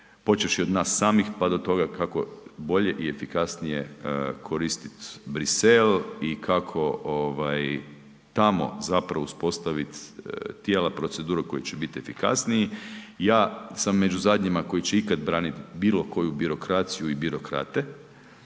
počevši od nas samih pa do toga kako bolje i efikasnije koristiti Bruxelles i kako tamo zapravo uspostaviti tijela procedure koji će biti efikasniji. Ja sam među zadnjima koji će ikada braniti bilo koju birokraciju i birokrate